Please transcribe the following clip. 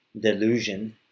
delusion